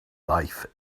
life